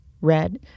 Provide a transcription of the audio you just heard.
red